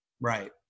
Right